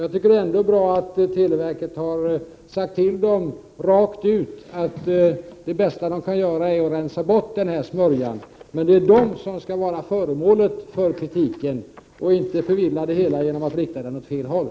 Jag tycker att det är bra att man från televerket har sagt rakt ut till företaget, att det bästa företaget kan göra är att rensa bort den här smörjan. Men det är företaget som skall vara föremål för kritik. Det blir förvillande när kritiken riktas åt fel håll.